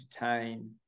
entertain